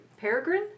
Peregrine